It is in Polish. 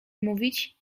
mówić